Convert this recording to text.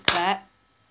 clap